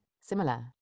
similar